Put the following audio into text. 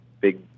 big